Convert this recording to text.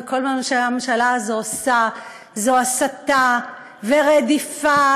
וכל מה שהממשלה הזאת עושה זה הסתה ורדיפה,